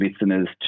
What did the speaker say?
listeners